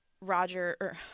Roger